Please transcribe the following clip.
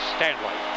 Stanley